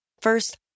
First